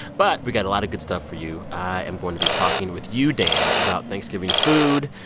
but we got a lot of good stuff for you. i am going to be talking with you, dan, about thanksgiving food.